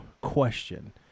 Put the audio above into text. question